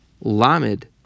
Lamed